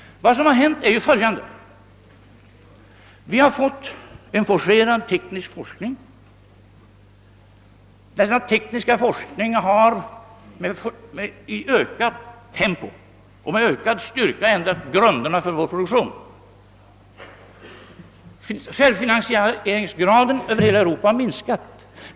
Vad som därvidlag har hänt är följande. Vi har fått en forcerad teknisk forskning. Denna tekniska forskning har i ökat tempo och med ökad styrka ändrat grunderna för vår produktion. Självfinansieringsgraden hos företagen över hela Europa har minskat.